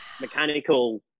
mechanical